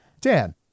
Dan